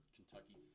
Kentucky